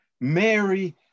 Mary